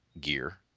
gear